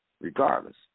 regardless